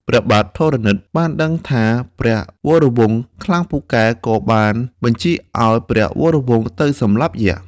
ព្រះបាទធរណិតបានដឹងថាព្រះវរវង្សខ្លាំងពូកែ ក៏បានបញ្ជាឱ្យព្រះវរវង្សទៅសម្លាប់យក្ស។